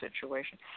situation